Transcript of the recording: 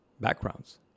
backgrounds